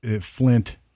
Flint